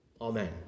amen